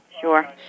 Sure